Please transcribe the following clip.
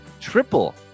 triple